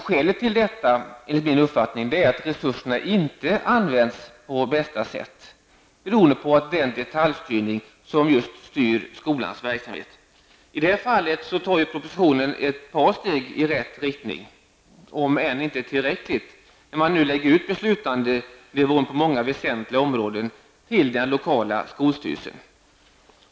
Skälet till detta är att resurserna inte används på bästa sätt, beroende på den detaljstyrning som styr skolans verksamhet. I det fallet tar propositionen ett par steg i rätt rättning, om än inte tillräckligt många, när man nu lägger ut beslutandenivån på många väsentliga områden till den lokala skolstyrelsen.